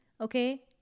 okay